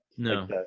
No